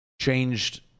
changed